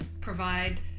provide